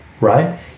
Right